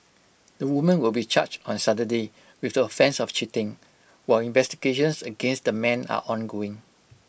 the woman will be charged on Saturday with the offence of cheating while investigations against the man are ongoing